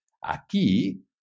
Aquí